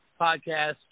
podcast